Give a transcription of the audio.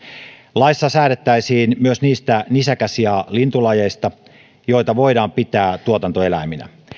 laissa säädettäisiin myös niistä nisäkäs ja lintulajeista joita voidaan pitää tuotantoeläiminä